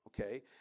okay